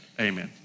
amen